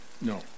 no